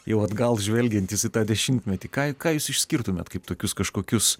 jau atgal žvelgiantys į tą dešimtmetį kaj ką jūs išskirtumėt kaip tokius kažkokius